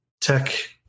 tech